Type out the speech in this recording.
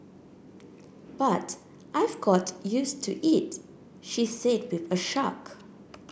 but I've got use to it she said with a shrug